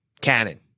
canon